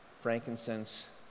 frankincense